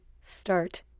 start